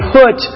put